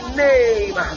name